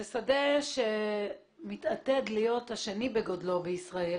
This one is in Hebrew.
זה שדה שמתעתד להיות השני בגודלו בישראל